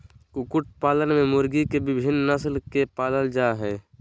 कुकुट पालन में मुर्गी के विविन्न नस्ल के पालल जा हई